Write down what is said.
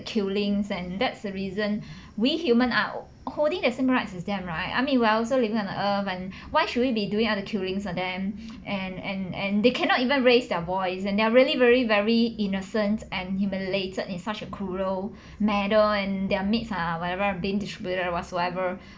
killings and that's the reason we humans are holding the same rights as them right I mean we're also living on earth and why should we be doing other killings on them and and and they cannot even raised their voice and they're really very very innocent and humiliated in such a cruel manner and their meats are whatever being distributor or whatsoever